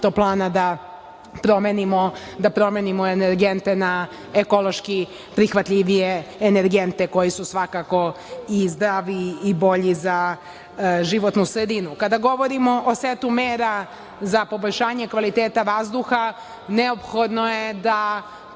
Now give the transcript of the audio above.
toplana da promenimo energente na ekološki prihvatljivije energente koji su svako i zdraviji i bolji za životnu sredinu. Kada govorimo o setu mera za poboljšanje kvaliteta vazduha, neophodno je da